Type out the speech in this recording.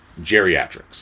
geriatrics